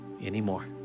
anymore